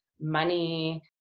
money